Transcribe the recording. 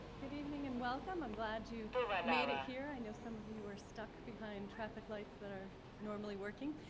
good evening, and welcome. i'm glad you made it here. i know some of you were stuck behind traffic lights that are normally working,